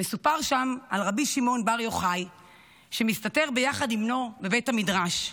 מסופר שם על רבי שמעון בר יוחאי שמסתתר ביחד עם בנו בבית המדרש,